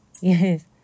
Yes